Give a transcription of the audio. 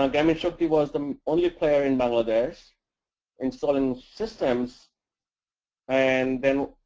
um grameen shakti was the only player in bangladesh installing systems and then,